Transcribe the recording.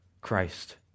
Christ